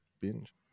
binge